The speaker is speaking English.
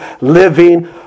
living